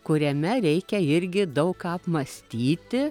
kuriame reikia irgi daug ką apmąstyti